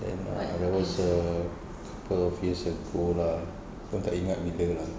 then ah there was err few years ago lah abang tak ingat bila ah